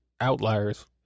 outliers